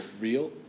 real